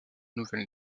nouvelles